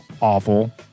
awful